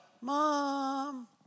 Mom